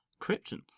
Krypton